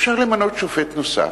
אפשר למנות שופט נוסף,